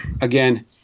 again